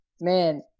man